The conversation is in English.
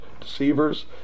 deceivers